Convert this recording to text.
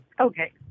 Okay